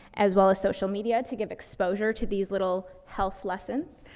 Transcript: as well as social media to give exposure to these little health lessons.